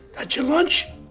that's your lunch?